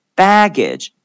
baggage